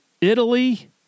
Italy